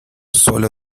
solo